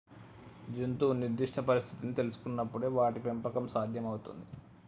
జంతువు నిర్దిష్ట పరిస్థితిని తెల్సుకునపుడే వాటి పెంపకం సాధ్యం అవుతుంది